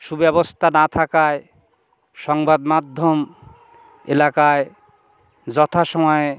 সুব্যবস্থা না থাকায় সংবাদ মাধ্যম এলাকায় যথাসময়ে